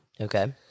Okay